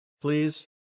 please